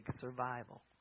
survival